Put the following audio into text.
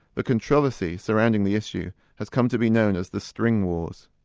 the controversy surrounding the issue has come to be known as the string wars.